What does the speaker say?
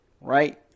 right